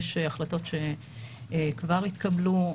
יש החלטות שכבר התקבלו,